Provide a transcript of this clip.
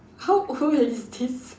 how old is this